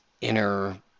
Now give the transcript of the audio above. inner